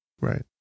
Right